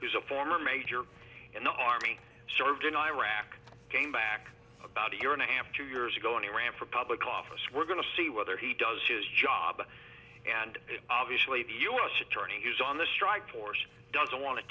is a former major in the army served in iraq came back about a year and a half two years ago when he ran for public office we're going to see whether he does his job and obviously the u s attorney is on the strikeforce doesn't want to